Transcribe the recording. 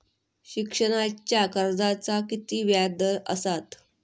शिक्षणाच्या कर्जाचा किती व्याजदर असात?